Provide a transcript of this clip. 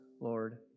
Lord